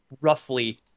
roughly